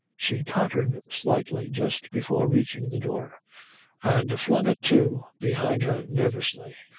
she tottered slightly just before reaching the door and flung it to behind her nervously.